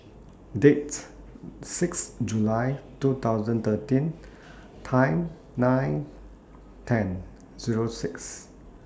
Dates six July two thousand thirteen Time nine ten Zero six